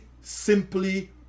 simply